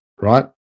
right